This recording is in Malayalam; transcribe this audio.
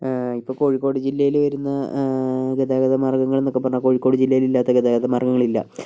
ഇപ്പോൾ കോഴിക്കോട് ജില്ലയിൽ വരുന്ന ഗതാഗത മാർഗ്ഗങ്ങൾ എന്നൊക്കെ പറഞ്ഞാൽ കോഴിക്കോട് ജില്ലയിലില്ലാത്ത ഗതാഗത മാർഗ്ഗങ്ങളില്ല